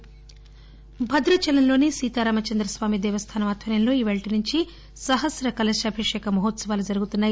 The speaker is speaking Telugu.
భద్రాచలం భద్రాచలంలోని సీతారామచంద్రస్వామి దేవస్థానం ఆధ్వర్యంలో నేటి నుంచి సహస్ర కలశాభిషేక మహోత్సవాలు నిర్వహిస్తున్నారు